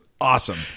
awesome